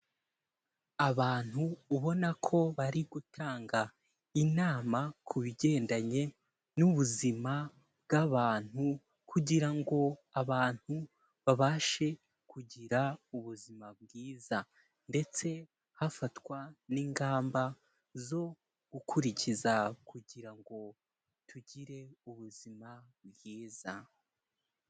Abantu ubona ko bari gutanga inama ku bigendanye n'ubuzima bw'abantu, kugira ngo abantu babashe kugira ubuzima bwiza, ndetse hafatwa n'ingamba zo gukurikiza kugira ngo tugire ubuzima bwiza.